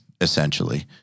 essentially